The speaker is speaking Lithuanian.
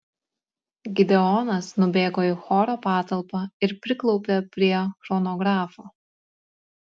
gideonas nubėgo į choro patalpą ir priklaupė prie chronografo